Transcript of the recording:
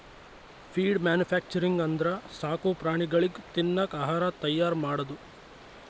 feed manufacturing ಅಂದ್ರ ಸಾಕು ಪ್ರಾಣಿಗಳಿಗ್ ತಿನ್ನಕ್ ಆಹಾರ್ ತೈಯಾರ್ ಮಾಡದು